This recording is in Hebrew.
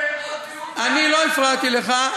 אני לא הפרעתי לך.